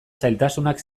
zailtasunak